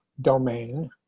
domain